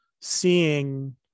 seeing